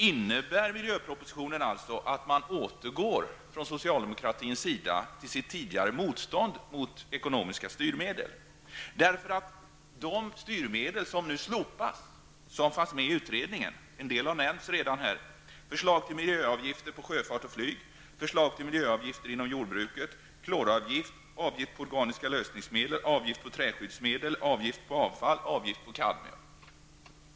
Innebär miljöpropositionen att socialdemokraterna återgår till sitt tidigare motstånd mot ekonomiska styrmedel? De styrmedel som fanns med i utredningen slopas nu. En del har redan nämnts här, t.ex. förslag till miljöavgift på sjöfart och flyg, miljöavgifter inom jordbruket, kloravgift, avgift på organiska lösningsmedel, avgift på träskyddsmedel, avgift på avfall och avgift på kadmium.